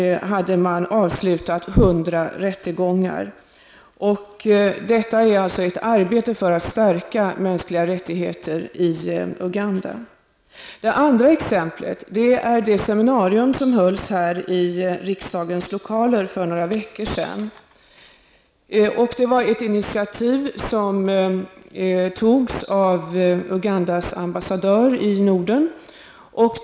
Vi fick då veta att det pågick 300 undersökningar och att 100 rättegångar hade avslutats. Detta är alltså ett arbete för att stärka mänskliga rättigheter i Uganda. Ett annat exempel är det seminarium som hölls här i riksdagens lokaler för några veckor sedan. Seminariet hölls på ett initiativ från Ugandas ambassadör i Norden.